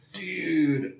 Dude